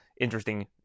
interesting